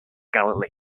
galilee